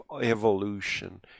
evolution